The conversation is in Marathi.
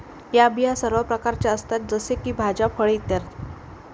या बिया सर्व प्रकारच्या असतात जसे की भाज्या, फळे इ